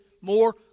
more